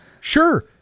sure